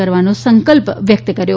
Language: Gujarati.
કરવાનો સંકલ્પ વ્યકત કર્યો